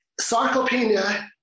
sarcopenia